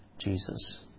Jesus